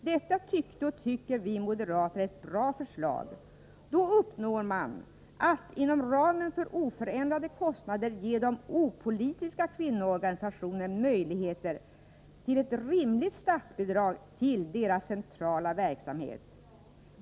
Detta tycker vi moderater var och är ett bra förslag. Då uppnår man att, inom ramen för oförändrade kostnader, de opolitiska kvinnoorganisationerna ges möjligheter till ett rimligt statsbidrag till den centrala verksamheten.